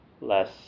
less